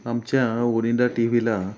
आमच्या ओरिंदा टी व्हीला